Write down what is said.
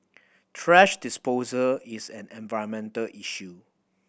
thrash disposal is an environmental issue